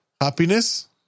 happiness